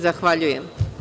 Zahvaljujem.